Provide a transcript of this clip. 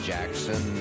Jackson